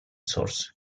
source